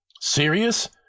Serious